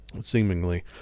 seemingly